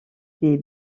des